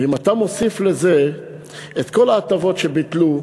ואם אתה מוסיף לזה את כל ההטבות שביטלו,